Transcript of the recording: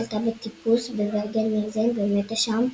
חלתה בטיפוס בברגן-בלזן ומתה שם,